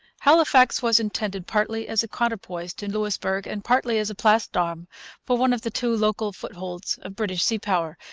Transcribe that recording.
halifax was intended partly as a counterpoise to louisbourg, and partly as a place-d'armes for one of the two local footholds of british sea-power,